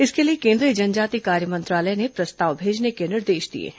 इसके लिए केन्द्रीय जनजातीय कार्य मंत्रालय ने प्रस्ताव भेजने के निर्देश दिए हैं